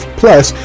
plus